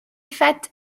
fat